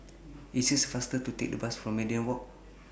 IT IS faster to Take The Bus to Media Walk